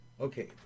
Okay